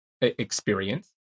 experience